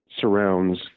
surrounds